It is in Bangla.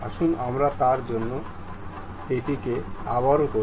আসুন আমরা তার জন্য এটি আবারও করি